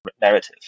narrative